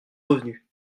revenus